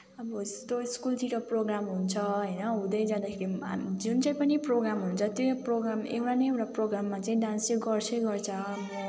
अब यस्तो स्कुलतिर प्रोग्राम हुन्छ होइन हुँदै जाँदाखेरि जुन चाहिँ पनि प्रोग्राम हुन्छ त्यो प्रोग्राम एउटा न एउटा प्रोग्राममा चाहिँ डान्स चाहिँ गर्छै गर्छ म होइन